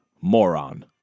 moron